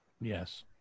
Yes